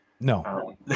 no